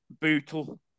Bootle